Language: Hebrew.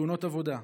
בתאונות עבודה.